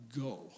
go